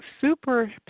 super